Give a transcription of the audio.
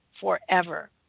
forever